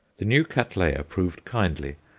the new cattleya proved kindly,